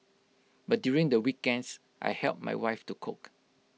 but during the weekends I help my wife to cook